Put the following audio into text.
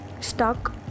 stuck